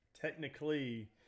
technically